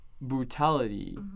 brutality